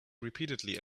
repeatedly